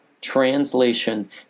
translation